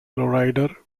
lowrider